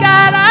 God